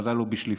בוודאי לא בשליפה.